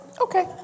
Okay